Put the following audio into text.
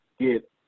Get